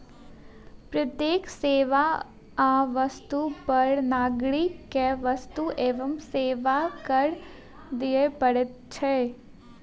प्रत्येक सेवा आ वस्तु पर नागरिक के वस्तु एवं सेवा कर दिअ पड़ैत अछि